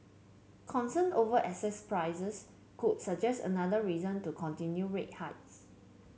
concern over asset prices could suggest another reason to continue rate hikes